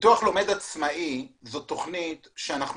פיתוח לומד עצמאי זו תכנית שאנחנו